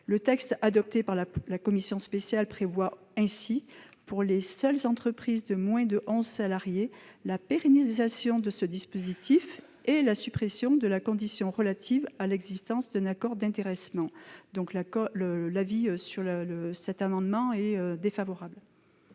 Le texte adopté par la commission spéciale prévoit ainsi, pour les seules entreprises de moins de onze salariés, la pérennisation de ce dispositif et la suppression de la condition relative à l'existence d'un accord d'intéressement. La commission spéciale est donc défavorable